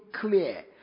clear